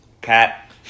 Cat